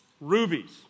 rubies